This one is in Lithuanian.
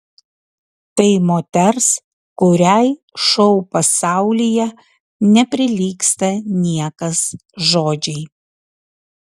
tai moters kuriai šou pasaulyje neprilygsta niekas žodžiai